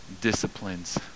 disciplines